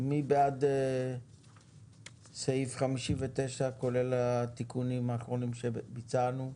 מי בעד סעיף 59, כולל התיקונים האחרונים שביצענו?